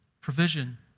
provision